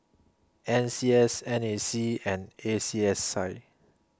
N C S N A C and A C S I